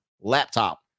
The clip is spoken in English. laptop